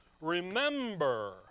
Remember